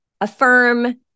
affirm